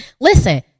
Listen